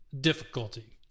difficulty